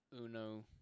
Uno